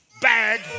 bag